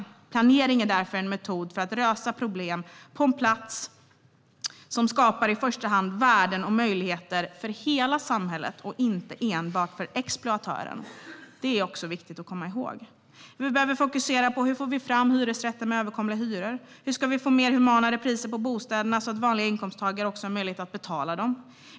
För att lösa problem på en plats är därför planering en metod som i första hand skapar värden och möjligheter för hela samhället och inte enbart för exploatörerna. Det är viktigt att komma ihåg. Vi behöver fokusera på hur vi ska få fram hyresrätter med överkomliga hyror och hur vi ska få humanare priser på bostäderna, så att vanliga inkomsttagare har möjlighet att betala för dem.